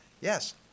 Yes